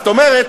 זאת אומרת,